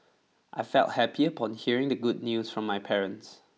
I felt happy upon hearing the good news from my parents